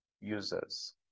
users